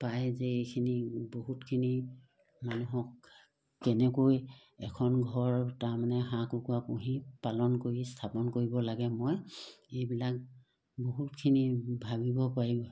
পায় যে এইখিনি বহুতখিনি মানুহক কেনেকৈ এখন ঘৰ তাৰমানে হাঁহ কুকুৰা পুহি পালন কৰি স্থাপন কৰিব লাগে মই এইবিলাক বহুতখিনি ভাবিব পাৰিম